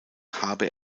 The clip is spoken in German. habe